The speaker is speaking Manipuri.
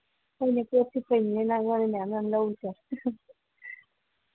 ꯍꯣꯏꯅꯦ ꯄꯣꯠ ꯁꯤꯠꯄꯩꯅꯤꯅꯦ ꯅꯪ ꯑꯩꯉꯣꯟꯗꯩ ꯃꯌꯥꯝ ꯃꯌꯥꯝ ꯂꯧꯔꯤꯁꯦ